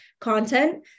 content